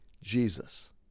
Jesus